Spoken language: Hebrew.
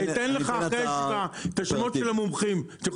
אני אתן לך את השמות של המומחים שאתם